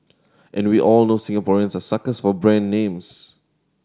and we all know Singaporeans are suckers for brand names